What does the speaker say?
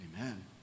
Amen